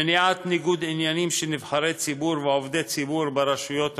מניעת ניגוד עניינים של נבחרי ציבור ועובדי ציבור ברשויות המקומיות,